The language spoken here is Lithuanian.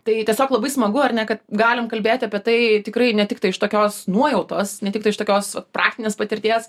tai tiesiog labai smagu ar ne kad galim kalbėti apie tai tikrai ne tik tai iš tokios nuojautos ne tik tai iš tokios praktinės patirties